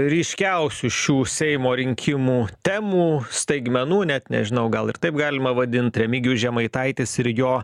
ryškiausių šių seimo rinkimų temų staigmenų net nežinau gal ir taip galima vadint remigijus žemaitaitis ir jo